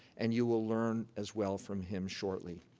and you will learn, as well, from him shortly.